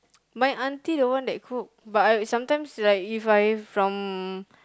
my auntie the one that cook but I sometimes like If I from